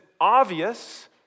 obvious